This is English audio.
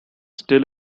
still